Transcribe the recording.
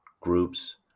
groups